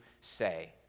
say